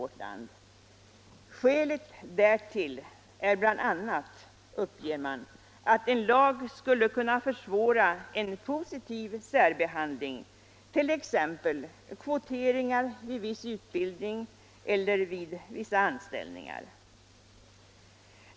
Skälet därtill är bl.a. att en lag skulle kunna försvåra en positiv särbehandling, t.ex. kvoteringar vid viss utbildning eller vid anställningar.